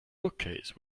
bookcase